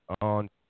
on